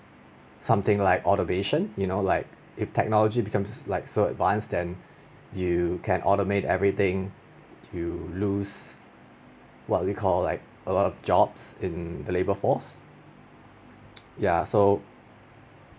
something like automation you know like if technology becomes like so advanced then you can automate everything you lose what we call like a lot of jobs in the labour force ya so